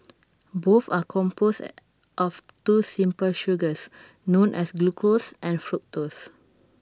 both are composed of two simple sugars known as glucose and fructose